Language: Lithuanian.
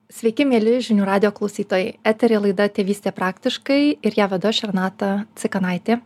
sveiki mieli žinių radijo klausytojai eteryje laida tėvystė praktiškai ir ją vedu aš renata cikanaitė